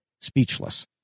speechless